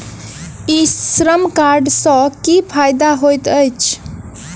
ई श्रम कार्ड सँ की फायदा होइत अछि?